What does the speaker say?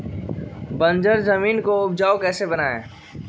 बंजर जमीन को उपजाऊ कैसे बनाय?